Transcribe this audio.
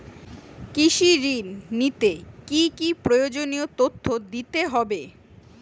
কৃষি ঋণ নিতে কি কি প্রয়োজনীয় তথ্য দিতে হবে?